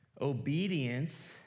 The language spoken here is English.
obedience